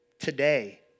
today